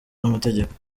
n’amategeko